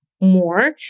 more